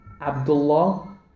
Abdullah